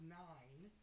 nine